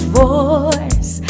voice